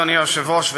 אדוני היושב-ראש,